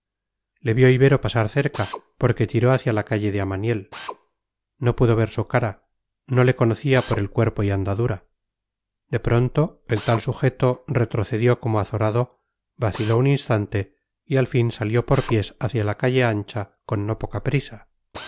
le vio ibero pasar cerca porque tiró hacia la calle de amaniel no pudo ver su cara no le conocía por el cuerpo y andadura de pronto el tal sujeto retrocedió como azorado vaciló un instante y al fin salió por pies hacia la calle ancha con no poca prisa